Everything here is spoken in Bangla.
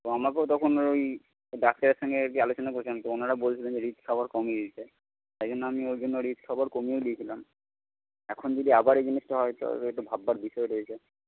তো আমাকেও তখন ওই ডাক্তারের সঙ্গে আলোচনা করেছিলাম তো ওনারা বলছিলেন যে রিচ খাবার কমিয়ে দিতে তাই জন্য আমি ওই জন্য রিচ খাবার কমিয়েও দিয়েছিলাম এখন যদি আবার এই জিনিসটা হয় তো একটু ভাববার বিষয় রয়েছে